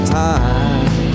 time